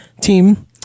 team